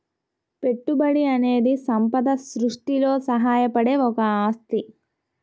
పెట్టుబడి అనేది సంపద సృష్టిలో సహాయపడే ఒక ఆస్తి